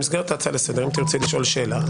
אם תרצי לשאול שאלה,